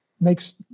Makes